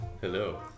Hello